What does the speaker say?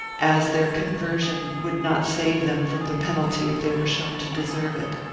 as their con version would not save them from the penalty if they were shown to deserve it.